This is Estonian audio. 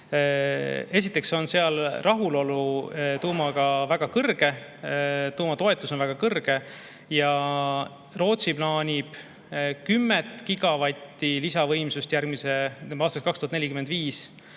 Esiteks on seal rahulolu tuumaga väga kõrge, tuuma toetus on väga kõrge ja Rootsi plaanib kümmet gigavatti lisavõimsust aastaks 2045.